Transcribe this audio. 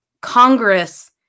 Congress